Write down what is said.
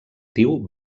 diu